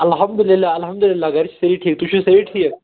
اَلحَمدُاللہ اَلحَمدُاللہ گرِ چھِ سأری ٹھیٖک تُہۍ چھِوا سأری ٹھیٖک